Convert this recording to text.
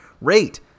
rate